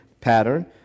pattern